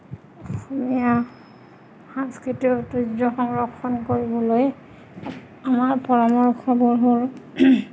অসমীয়া সাংস্কৃতিক ঐতিহ্য সংৰক্ষণ কৰিবলৈ আমাৰ পৰামৰ্শবোৰ হ'ল